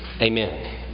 Amen